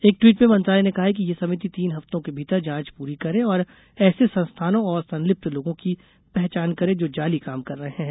एक ट्वीट में मंत्रालय ने कहा है कि यह समिति तीन हफ्तों के भीतर जांच पूरी करें और ऐसे संस्थानों और संलिप्त लोगों की पहचान करे जो जाली काम कर रहे हैं